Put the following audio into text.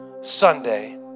Sunday